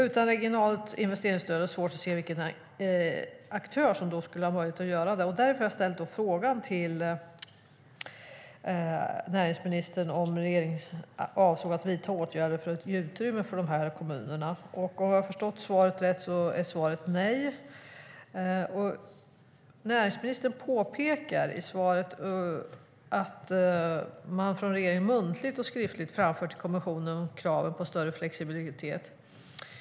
Utan regionalt investeringsstöd är det svårt att se vilken aktör som skulle ha valt att göra det. Därför har jag ställt frågan till näringsministern om regeringen avser att vidta åtgärder för att ge utrymme för de här kommunerna. Om jag förstått svaret rätt är det nej. Näringsministern påpekar i svaret att man från regeringen muntligt och skriftligt framfört krav på större flexibilitet till kommissionen.